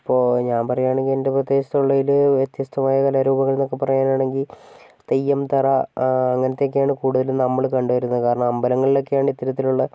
ഇപ്പോൾ ഞാൻ പറയുവാണെങ്കിൽ എൻ്റെ പ്രദേശത്തുള്ളതിൽ വ്യത്യസ്തമായ കലാരൂപങ്ങൾ എന്നൊക്കെ പറയാനാണെങ്കിൽ തെയ്യംതറ അങ്ങനത്തെയൊക്കെയാണ് കൂടുതലും നമ്മൾ കണ്ട് വരുന്നത് കാരണം അമ്പലങ്ങളിലൊക്കെയാണ് ഇത്തരത്തിലുള്ള